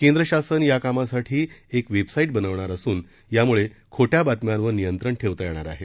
केंद्रशासन या कामासाठी एक वेबसाईट बनवणार असून यामुळे खोट्या बातम्यांवर नियंत्रण ठेवता येणार आहे